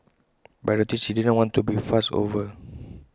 but I noticed she didn't want to be fussed over